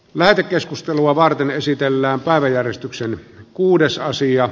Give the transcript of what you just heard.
lähetekeskustelua varten esitellään päiväjärjestyksen kuudessa asiaa